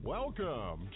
Welcome